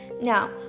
Now